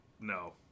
no